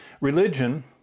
religion